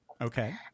Okay